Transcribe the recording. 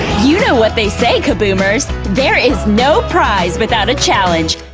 you know what they say, kaboomers? there is no prize without a challenge!